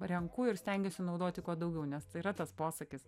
renku ir stengiuosi naudoti kuo daugiau nes tai yra tas posakis